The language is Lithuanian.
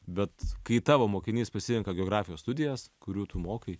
bet kai tavo mokinys pasirenka geografijos studijas kurių tu mokai